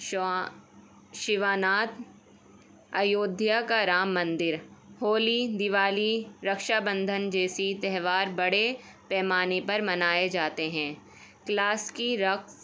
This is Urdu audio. شوا وشواناتھ اییودھیا کا رام مندر ہولی دیوالی رکشا بندھن جیسی تہوار بڑے پیمانے پر منائے جاتے ہیں کلاسیکی رقص